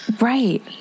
right